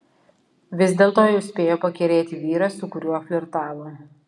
vis dėlto jau spėjo pakerėti vyrą su kuriuo flirtavo